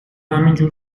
همینجور